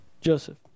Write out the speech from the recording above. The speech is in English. Joseph